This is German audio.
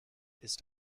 ist